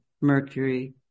Mercury